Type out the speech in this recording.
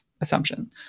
assumption